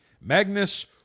Magnus